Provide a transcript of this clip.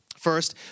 First